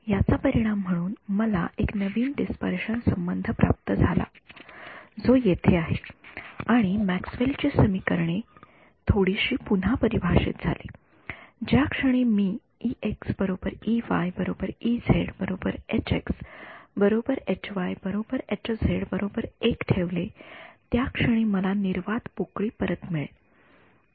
याचा परिणाम म्हणून मला येथे एक नवीन डिस्पर्शन संबंध प्राप्त झाला जो येथे आहे आणि मॅक्सवेल ची समीकरणे थोडीशी पुन्हा परिभाषित झाली ज्या क्षणी मी ठेवले त्या क्षणी मला निर्वात पोकळी परत मिळेल